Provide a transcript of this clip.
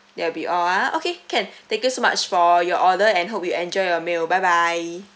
that will be all ah okay can thank you so much for your order and hope you enjoy your meal bye bye